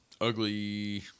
ugly